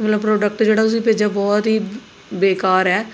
ਮੈਨੂੰ ਪ੍ਰੋਡਕਟ ਜਿਹੜਾ ਤੁਸੀਂ ਭੇਜਿਆ ਬਹੁਤ ਹੀ ਬੇਕਾਰ ਹੈ